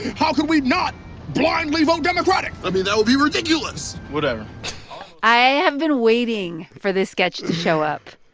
how could we not blindly vote democratic? i mean, that would be ridiculous whatever i have been waiting for this sketch to show up.